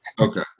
Okay